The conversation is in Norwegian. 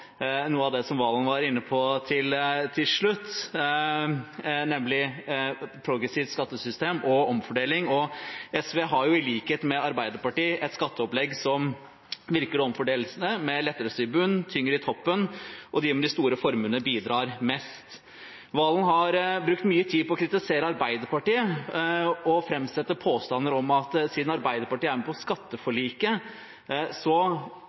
noe av det Serigstad Valen var inne på til slutt, nemlig progressivt skattesystem og omfordeling. SV har jo, i likhet med Arbeiderpartiet, et skatteopplegg som virker omfordelende, med lettelser i bunnen, tyngre i toppen, og der de med de store formuene bidrar mest. Serigstad Valen har brukt mye tid på å kritisere Arbeiderpartiet og framsette påstander om at siden Arbeiderpartiet er med på